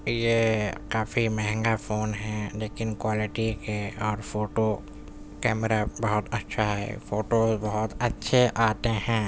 یہ کافی مہنگا فون ہیں لیکن کوالٹی کے اور فوٹو کیمرا بہت اچھا ہے فوٹو بھی بہت اچھے آتے ہیں